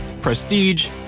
Prestige